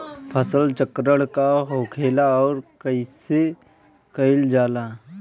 फसल चक्रण का होखेला और कईसे कईल जाला?